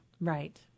Right